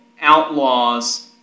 outlaws